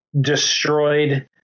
destroyed